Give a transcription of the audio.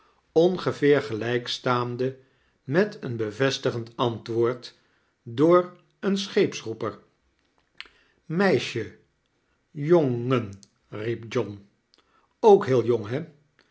ongeveer gelijk staande met een bevestigend antwoord door een scheepsroeper meds je jon gen riep john ook heel jong